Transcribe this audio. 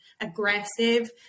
aggressive